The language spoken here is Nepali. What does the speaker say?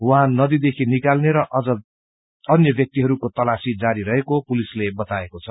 वाहन नदीदेखि निकाल्ने र अन्य व्याक्तिहरूको तलाशी जारी रहेको पुलिसले बताएको छ